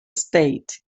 state